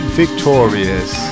victorious